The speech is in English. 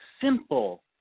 simple